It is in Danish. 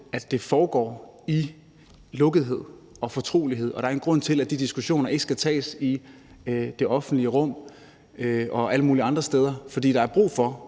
at det foregår i lukkethed og fortrolighed, og at der er en grund til, at de diskussioner ikke skal tages i det offentlige rum og alle mulige andre steder, og det er, at der